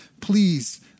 please